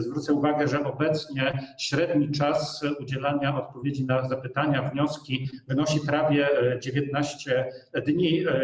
Zwrócę uwagę, że obecnie średni czas udzielania odpowiedzi na zapytania i wnioski wynosi prawie 19 dni.